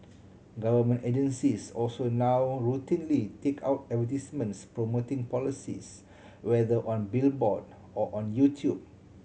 government agencies also now routinely take out advertisements promoting policies whether on billboard or on YouTube